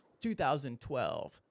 2012